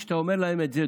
כשאתה אומר להם את זה,